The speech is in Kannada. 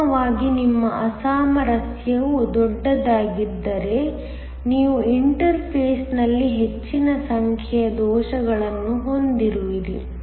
ಅಂತಿಮವಾಗಿ ನಿಮ್ಮ ಅಸಾಮರಸ್ಯವು ದೊಡ್ಡದಾಗಿದ್ದರೆ ನೀವು ಇಂಟರ್ಫೇಸ್ನಲ್ಲಿ ಹೆಚ್ಚಿನ ಸಂಖ್ಯೆಯ ದೋಷಗಳನ್ನು ಹೊಂದುವಿರಿ